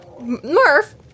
Murph